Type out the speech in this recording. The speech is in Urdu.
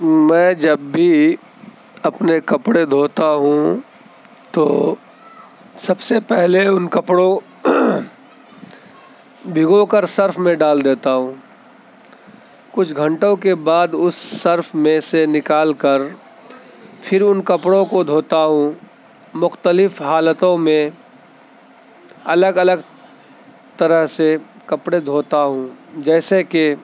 میں جب بھی اپنے کپڑے دھوتا ہوں تو سب سے پہلے ان کپڑوں بھگو کر سرف میں ڈال دیتا ہوں کچھ گھنٹوں کے بعد اس سرف میں سے نکال کر پھر ان کپڑوں کو دھوتا ہوں مختلف حالتوں میں الگ الگ طرح سے کپڑے دھوتا ہوں جیسے کہ